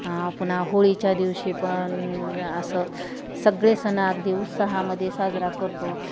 आ पुन्हा होळीच्या दिवशी पण असं सगळे सण अगदी उत्साहामध्ये साजरा करतो